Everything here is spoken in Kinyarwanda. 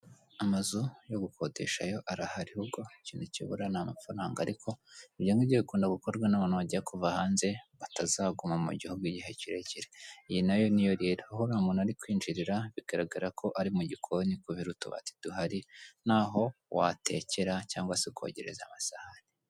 Amazu yo gukodeshayo arahari kuko ikintu kibura ni amafaranga ariko ibyo ntigiyekunda gukorwa n'abantu bajya kuva hanze batazaguma mu gihugu igihe kirekire iyi na yo ni yo. Rero aho uriya muntu ari kwinjirira bigaragara ko ari mu gikoni kubera utubati duhari n'aho watekera cyangwa se kogereza amasahani.